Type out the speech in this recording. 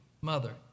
mother